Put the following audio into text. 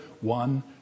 one